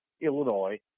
illinois